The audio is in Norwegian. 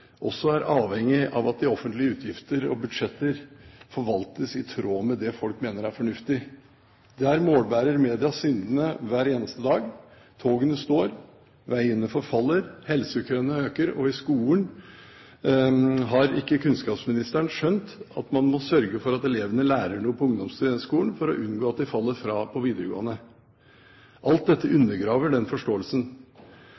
også er avhengig av at de offentlige utgifter og budsjetter forvaltes i tråd med det folk mener er fornuftig. Der målbærer media syndene hver eneste dag. Togene står, veiene forfaller, helsekøene øker, og når det gjelder skolen, har ikke kunnskapsministeren skjønt at man må sørge for at elevene lærer noe på ungdomsskolen for å unngå at de faller fra på videregående. Alt dette